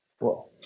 Whoa